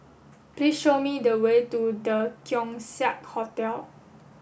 please show me the way to The Keong Saik Hotel